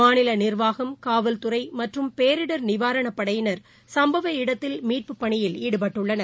மாநில நிர்வாகம் காவல்துறை மற்றும் பேரிடர் நிவாரணப் படையினர் சும்பவ இடத்தில் மீட்புப் பணியில் ஈடுபட்டுள்ளனர்